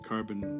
carbon